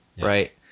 right